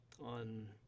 on